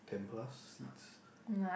ten plus seeds